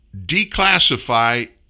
declassify